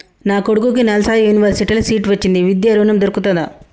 నా కొడుకుకి నల్సార్ యూనివర్సిటీ ల సీట్ వచ్చింది విద్య ఋణం దొర్కుతదా?